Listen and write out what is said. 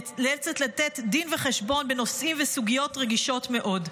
נאלצת לתת דין וחשבון בנושאים וסוגיות רגישים מאוד,